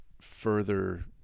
further